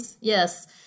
Yes